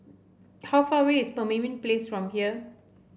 how far away is Pemimpin Place from here